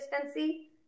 consistency